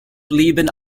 blieben